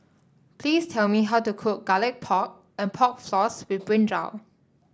please tell me how to cook Garlic Pork and Pork Floss with brinjal